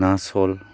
ना सल